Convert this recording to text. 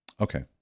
Okay